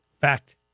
fact